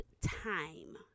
time